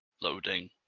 loading